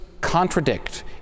contradict